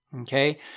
Okay